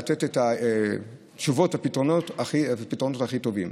לתת את התשובות והפתרונות הכי טובים.